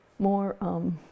More